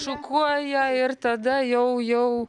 šukuoja ir tada jau jau